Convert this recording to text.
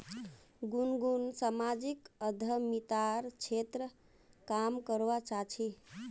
गुनगुन सामाजिक उद्यमितार क्षेत्रत काम करवा चाह छेक